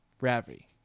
Ravi